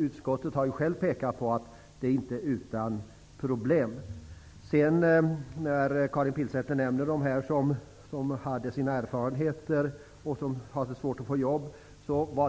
Utskottet har självt pekat på att detta inte är utan problem. Genomgående för de personer som Karin Pilsäter nämnde som hade svårt att få jobb var